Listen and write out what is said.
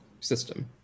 system